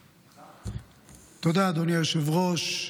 תודה, אדוני היושב-ראש,